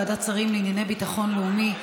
ועדת שרים לענייני ביטחון לאומי),